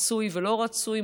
רצוי ולא רצוי,